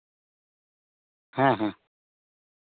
ᱦᱮᱸ ᱦᱮᱸ